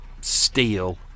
steel